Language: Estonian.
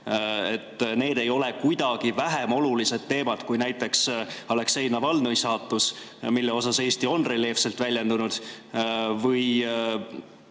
Need ei ole kuidagi vähem olulised teemad kui näiteks Aleksei Navalnõi saatus, mille puhul Eesti on reljeefselt väljendunud,